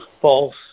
false